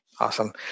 awesome